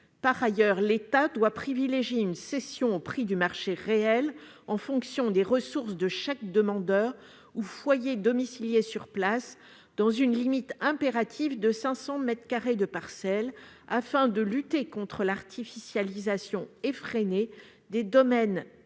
Par ailleurs, l'État doit privilégier une cession au prix du marché réel en fonction des ressources de chaque demandeur ou foyer domicilié sur place, dans une limite impérative de cinq cents mètres carrés de parcelle, afin de lutter contre l'artificialisation effrénée des différents